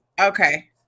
Okay